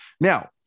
Now